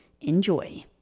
Enjoy